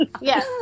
Yes